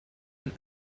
and